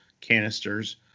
canisters